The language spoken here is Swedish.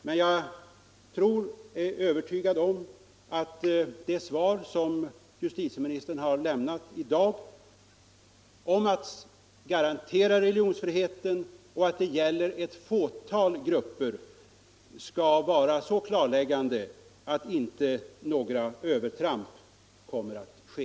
Men jag är övertygad om att det svar som justitieministern har lämnat i dag, där han sagt att man skall garantera religionsfriheten och att det här gäller ett fåtal grupper, skall vara så klarläggande att några övertramp inte kommer att ske.